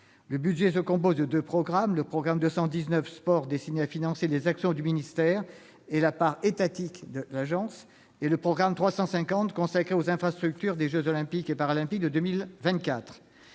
Le budget se compose de deux programmes : le programme 219, « Sport », destiné à financer les actions du ministère et la part étatique de l'Agence, et le programme 350, consacré aux infrastructures des jeux Olympiques et Paralympiques de 2024.